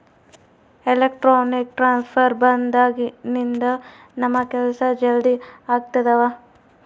electronic transfer ಬಂದಾಗಿನಿಂದ ನಮ್ ಕೆಲ್ಸ ಜಲ್ದಿ ಆಗ್ತಿದವ